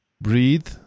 breathe